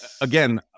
again